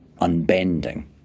unbending